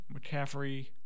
McCaffrey